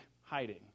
hiding